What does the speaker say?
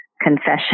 confession